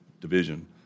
division